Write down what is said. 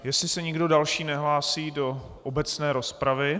Jestli se někdo další nehlásí do obecné rozpravy...